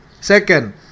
Second